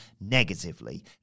negatively